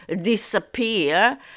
disappear